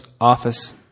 office